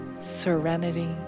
serenity